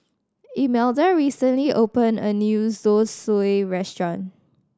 Imelda recently opened a new Zosui Restaurant